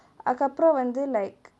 அதுக்கு அப்ரோ வந்து:athuku apro vanthu like